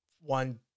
one